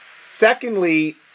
Secondly